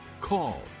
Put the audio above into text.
call